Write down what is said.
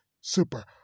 super